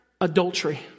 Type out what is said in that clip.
Adultery